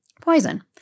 Poison